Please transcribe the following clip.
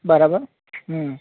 બરાબર હમ